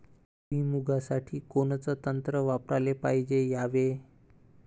भुइमुगा साठी कोनचं तंत्र वापराले पायजे यावे?